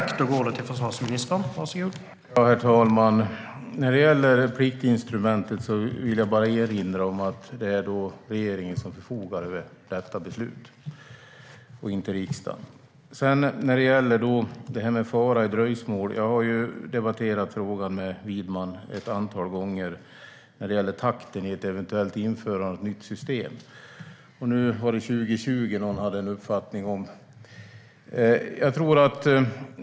Herr talman! När det gäller pliktinstrumentet vill jag bara erinra om att det är regeringen som förfogar över beslutet - inte riksdagen. När det gäller fara i dröjsmål har jag ett antal gånger debatterat frågan om takten i ett eventuellt införande av ett nytt system med Widman. Nu var det år 2020 som någon hade en uppfattning om.